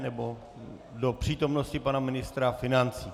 Nebo do přítomnosti pana ministra financí?